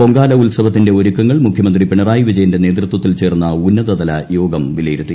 പൊങ്കാല്പ്പ് ഉത്സവത്തിന്റെ ഒരുക്കങ്ങൾ മുഖ്യമന്ത്രി പിണറായി വിജയന്റെ ന്റേതൃത്വത്തിൽ ചേർന്ന ഉന്നതതലയോഗം വിലയിരുത്തി